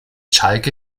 schalke